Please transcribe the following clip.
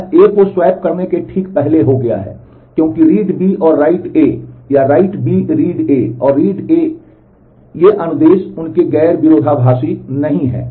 यह A को swap करने के ठीक पहले हो गया है क्योंकि read B और write A या write B read B और read A ये अनुदेश उनके गैर विरोधाभासी नहीं हैं